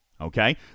okay